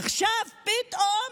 עכשיו פתאום